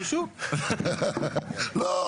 לא,